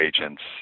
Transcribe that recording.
agents